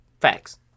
Facts